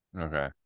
Okay